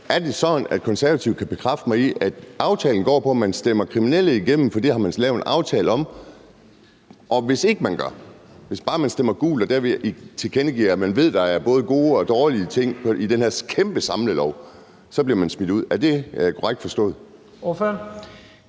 er det så sådan, at Konservative kan bekræfte mig i, at aftalen går på, at man stemmer kriminelle igennem, for det har man lavet en aftale om, og hvis ikke man gør det og man bare stemmer gult og derved tilkendegiver, at man ved, der er både gode og dårlige ting i den her kæmpe samlelov, så bliver man smidt ud? Er det korrekt forstået?